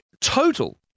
total